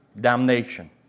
damnation